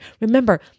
Remember